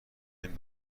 این